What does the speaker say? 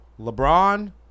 LeBron